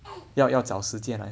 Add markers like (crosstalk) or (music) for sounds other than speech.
(noise)